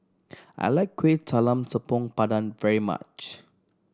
I like Kueh Talam Tepong Pandan very much